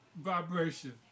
vibration